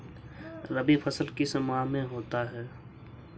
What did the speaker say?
रवि फसल किस माह में होता है?